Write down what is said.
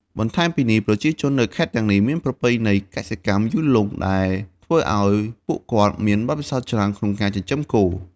បន្ថែមពីនេះប្រជាជននៅខេត្តទាំងនេះមានប្រពៃណីកសិកម្មយូរលង់ ដែលធ្វើឱ្យពួកគាត់មានបទពិសោធន៍ច្រើនក្នុងការចិញ្ចឹមគោ។